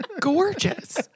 gorgeous